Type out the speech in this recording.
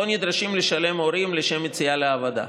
שאותו נדרשים לשלם הורים לשם יציאה לעבודה.